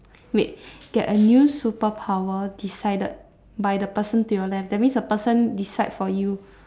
wait get a new superpower decided by the person to your left that means the person decide for you